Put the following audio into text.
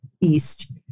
East